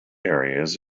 areas